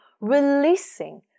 releasing